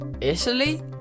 Italy